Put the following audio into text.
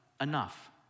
enough